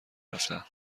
رفتند